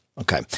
Okay